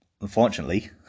unfortunately